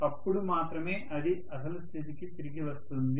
అప్పుడు మాత్రమే అది అసలు స్థితికి తిరిగి వస్తుంది